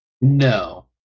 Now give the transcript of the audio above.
No